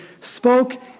spoke